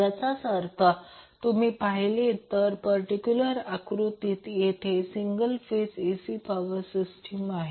याचाच अर्थ तुम्ही पाहिले तर पर्टिक्युलर आकृतीत तर येथे single phase AC power system आहे